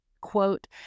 Quote